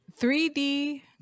3d